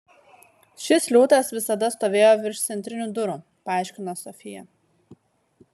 šis liūtas visada stovėjo virš centrinių durų paaiškino sofija